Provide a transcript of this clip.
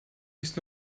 ist